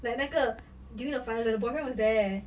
like 那个 during the final the boyfriend was there